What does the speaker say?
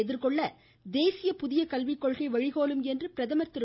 எதிர்கொள்ள தேசிய புதிய கல்விக் கொள்கை வழிகோலும் என்று பிரதமர் திரு